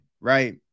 right